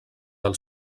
del